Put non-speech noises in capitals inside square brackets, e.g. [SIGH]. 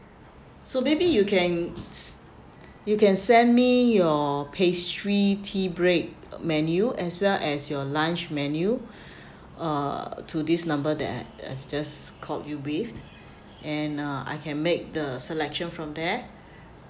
so maybe you can s~ you can send me your pastry tea break menu as well as your lunch menu [BREATH] uh to this number that I I've just called you with and uh I can make the selection from there